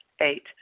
Eight